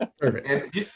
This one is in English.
Perfect